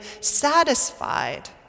satisfied